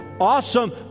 awesome